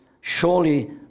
surely